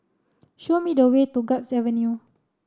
show me the way to Guards Avenue